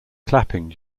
clapping